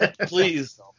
Please